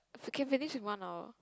so can finish in one hour